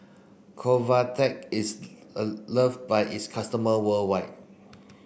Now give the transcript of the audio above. Convatec is a love by its customer worldwide